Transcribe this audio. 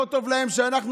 לא טוב להם שאנחנו,